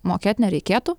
mokėt nereikėtų